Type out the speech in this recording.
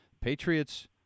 Patriots